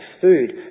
food